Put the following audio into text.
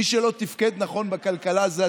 מי שלא תפקד נכון בכלכלה זה הציבור,